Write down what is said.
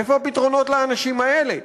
איפה הפתרונות לאנשים האלה?